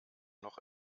noch